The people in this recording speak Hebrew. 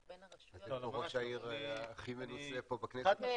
בין הרשויות --- איתנו ראש העיר הכי מנוסה פה בכנסת.